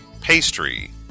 Pastry